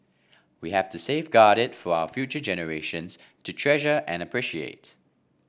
we have to safeguard it for our future generations to treasure and appreciate